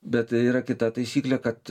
bet yra kita taisyklė kad